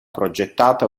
progettata